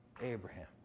Abraham